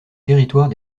territoires